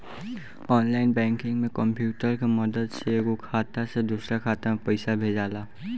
online banking में computer के मदद से एगो खाता से दोसरा खाता में पइसा भेजाला